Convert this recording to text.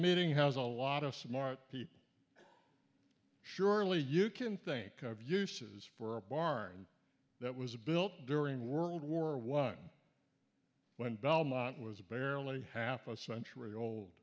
meeting has a lot of smart people surely you can think of uses for a barn that was built during world war one when belmont was barely half a century old